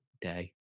day